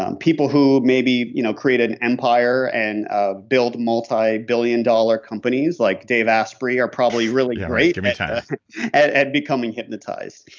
um people who maybe you know create an empire and ah build multi-billion dollar companies like dave asprey are probably really great um and at at becoming hypnotized.